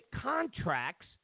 contracts